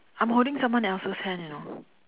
I'm holding someone else's hand you know